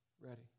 ready